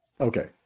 Okay